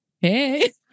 Hey